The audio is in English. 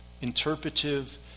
interpretive